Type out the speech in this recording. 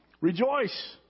Rejoice